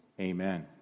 Amen